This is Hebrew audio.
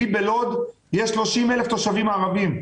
אצלי בלוד יש 30,000 תושבים ערבים.